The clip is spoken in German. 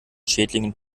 schädlingen